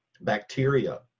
Bacteria